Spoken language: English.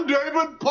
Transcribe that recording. David